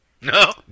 No